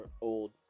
old